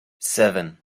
seven